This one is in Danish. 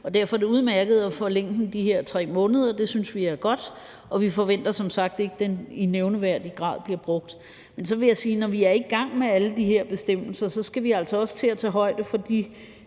derfor er det udmærket at forlænge den i de her 3 måneder. Det synes vi er godt, og vi forventer som sagt ikke, at den i nævneværdig grad bliver brugt. Men jeg vil så sige, når vi er i gang med alle de her bestemmelser, at vi også skal til at tage højde for de